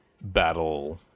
battle